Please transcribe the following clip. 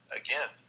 again